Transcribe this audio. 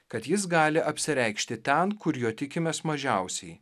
kad jis gali apsireikšti ten kur jo tikimės mažiausiai